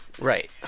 right